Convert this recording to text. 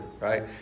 Right